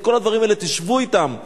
את כל הדברים האלה, תשבו אתם.